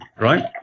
Right